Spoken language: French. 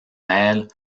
mêle